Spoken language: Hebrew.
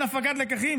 אין הפקת לקחים?